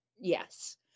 yes